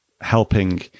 helping